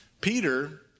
Peter